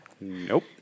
Nope